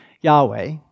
Yahweh